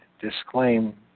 disclaim